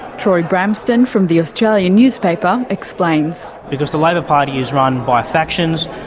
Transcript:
troy bramston from the australian newspaper explains. because the labor party is run by factions,